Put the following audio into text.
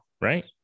right